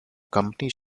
companies